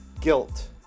guilt